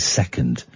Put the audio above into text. second